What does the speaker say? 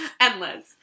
Endless